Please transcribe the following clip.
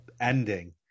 ending